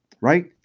Right